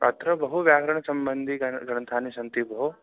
अत्र बहु व्याकरणसम्बन्धी गर् ग्रन्थानि सन्ति भोः